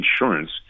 insurance